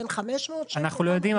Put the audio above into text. בין 500 שקל --- אנחנו לא יודעים,